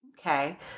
Okay